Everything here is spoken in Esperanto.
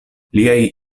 liaj